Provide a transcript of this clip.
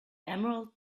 emerald